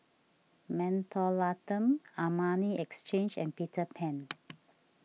Mentholatum Armani Exchange and Peter Pan